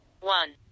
one